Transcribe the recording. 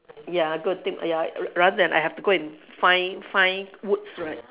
ya got to take ya rather than I have to go and find find woods right